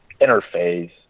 interface